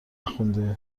نخوندی